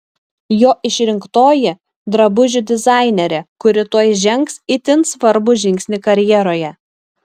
jo išrinktoji drabužių dizainerė kuri tuoj žengs itin svarbų žingsnį karjeroje